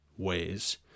Ways